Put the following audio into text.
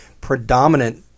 predominant